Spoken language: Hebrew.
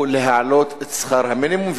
הוא להעלות את שכר המינימום,